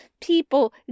people